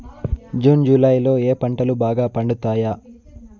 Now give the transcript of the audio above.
June July లో ఏ పంటలు బాగా పండుతాయా?